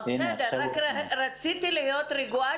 החקיקה תיעשה יותר מאוחר.